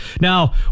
Now